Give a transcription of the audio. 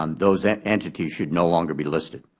um those and entities should no longer be listed.